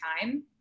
time